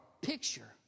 picture